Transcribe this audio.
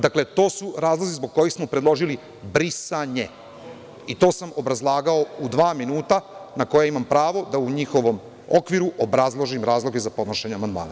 Dakle, to su razlozi zbog kojih smo predložili brisanje i to sam obrazlagao u dva minuta, na koja imam pravo da u njihovom okviru obrazložim razloge za podnošenje amandmana.